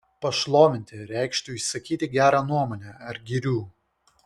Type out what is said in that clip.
pašlovinti reikštų išsakyti gerą nuomonę ar gyrių